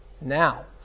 now